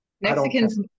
mexicans